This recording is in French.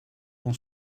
vont